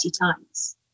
times